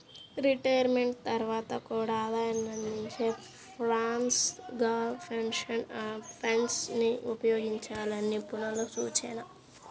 retirement తర్వాత కూడా ఆదాయాన్ని అందించే ఫండ్స్ గా పెన్షన్ ఫండ్స్ ని ఉపయోగించాలని నిపుణుల సూచన